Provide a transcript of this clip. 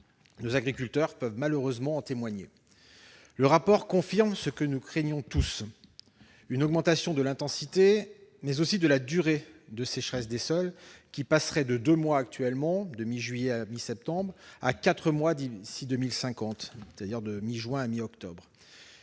Nos agriculteurs peuvent malheureusement en témoigner. Le rapport confirme ce que nous craignons tous : une augmentation de l'intensité, mais aussi de la durée, de la sécheresse des sols, qui passerait de deux mois actuellement, soit de mi-juillet à mi-septembre, à quatre mois d'ici à 2050, c'est-à-dire de mi-juin à mi-octobre.